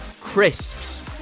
crisps